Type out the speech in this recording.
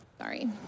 Sorry